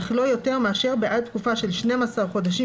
אך לא יותר מאשר בעד תקופה של 12 חודשים